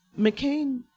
McCain